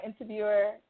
interviewer